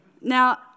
Now